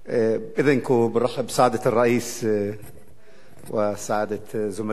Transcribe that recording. ברשותכם, אברך את כבוד השר ואת חברי הנכבדים.)